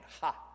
Ha